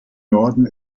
norden